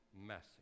message